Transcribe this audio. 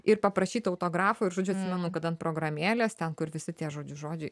ir paprašyt autografo ir žodžiu manau kad ant programėlės ten kur visi tie žodžiu žodžiai